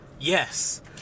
Yes